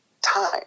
time